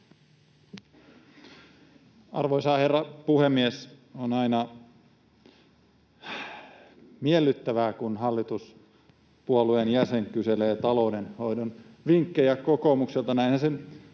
Arvoisa herra puhemies! On aina miellyttävää, kun hallituspuolueen jäsen kyselee taloudenhoidon vinkkejä kokoomukselta — [Tuomas